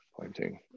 pointing